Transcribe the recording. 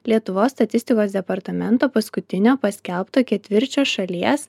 lietuvos statistikos departamento paskutinio paskelbto ketvirčio šalies